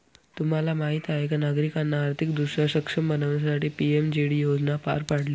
तुम्हाला माहीत आहे का नागरिकांना आर्थिकदृष्ट्या सक्षम बनवण्यासाठी पी.एम.जे.डी योजना पार पाडली